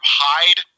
hide